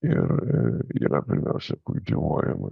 ir a yra pirmiausia kultivuojama